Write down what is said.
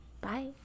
Bye